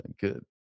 Good